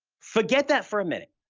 forget that for a minute,